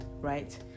right